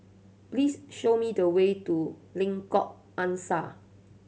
please show me the way to Lengkok Angsa